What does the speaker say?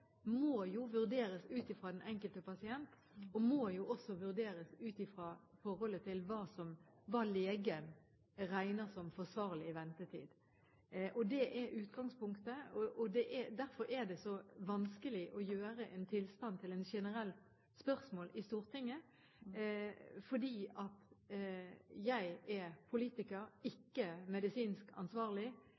og også ut fra hva legen regner som forsvarlig ventetid. Det er utgangspunktet. Derfor er det så vanskelig å gjøre én tilstand til et generelt spørsmål i Stortinget, for jeg er politiker, ikke medisinsk ansvarlig.